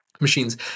Machines